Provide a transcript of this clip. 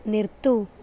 നിർത്തൂ